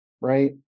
right